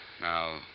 Now